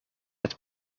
het